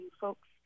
folks